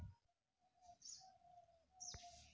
मोला मोर बेटी ला पढ़ाना है तो ऋण ले बर कइसे करो